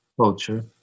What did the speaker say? culture